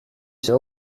się